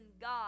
god